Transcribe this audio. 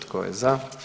Tko je za?